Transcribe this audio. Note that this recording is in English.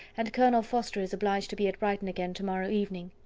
and colonel forster is obliged to be at brighton again to-morrow evening.